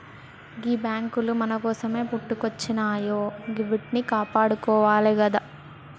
గీ బాంకులు మన కోసమే పుట్టుకొచ్జినయాయె గివ్విట్నీ కాపాడుకోవాలె గదా